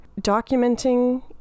documenting